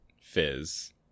fizz